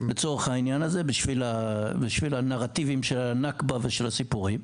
לצורך העניין הזה והנרטיבים של הנכבה ושל הסיפורים.